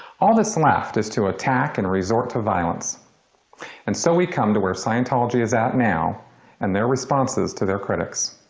all that's left is to attack and resort to violence and so we come to where scientology is at now and their responses to their critics.